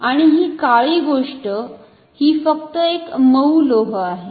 आणि ही काळी गोष्ट ही फक्त एक मऊ लोह आहे